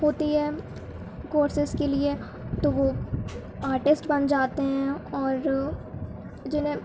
ہوتی ہے کورسسیز کے لیے تو وہ آرٹسٹ بن جاتے ہیں اور جنہیں